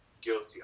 guilty